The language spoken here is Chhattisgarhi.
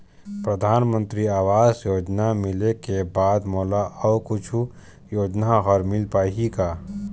परधानमंतरी आवास योजना मिले के बाद मोला अऊ कुछू योजना हर मिल पाही का?